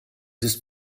ist